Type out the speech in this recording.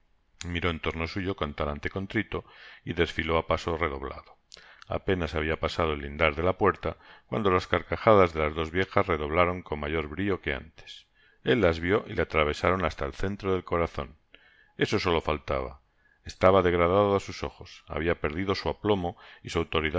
miró en torno suyo con talante contrito y desfiló á paso redoblado apenas habia pasado el lindar de la puerta cuando las carcajadas de las dos viejas redoblaron con mayor brio que antes el las vio y le atravesaron hasta el centro del corazon esto solo faltaba estaba degradado á sus ojos habia perdido su aplomo y